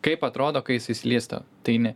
kaip atrodo kai jisai slysta tai ne